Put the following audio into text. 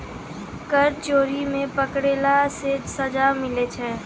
कर चोरी मे पकड़ैला से सजा मिलै छै